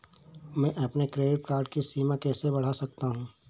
मैं अपने credit card की सीमा कैसे बढ़ा सकता हूँ?